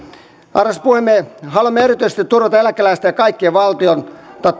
arvoisa puhemies haluamme erityisesti turvata eläkeläisten ja kaikkien valtiolta